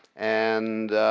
and